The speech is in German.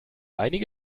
einige